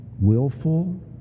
willful